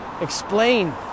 explain